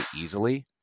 easily